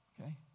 Okay